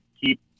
keep